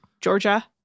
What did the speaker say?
Georgia